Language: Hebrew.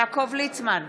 יעקב ליצמן,